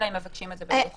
אלא אם מבקשים את זה במיוחד.